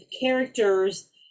characters